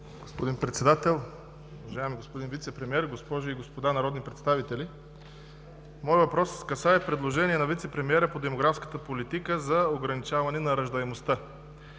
Господин Председател, уважаеми господин Вицепремиер, госпожи и господа народни представители! Моят въпрос касае предложение на вицепремиера по демографската политика за ограничаване на раждаемостта.